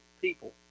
people